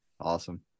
Awesome